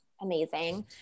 Amazing